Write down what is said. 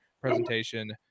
presentation